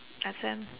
exam